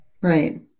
Right